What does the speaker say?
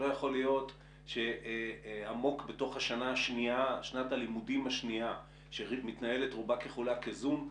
לא יכול להיות שעמוק בתוך שנת הלימודים השניה שמתנהלת רובה ככולה כזום,